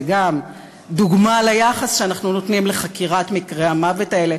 זו גם דוגמה ליחס שאנחנו נותנים לחקירת מקרי המוות האלה,